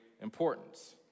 importance